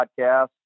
podcast